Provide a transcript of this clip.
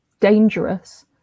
dangerous